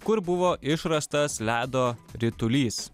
kur buvo išrastas ledo ritulys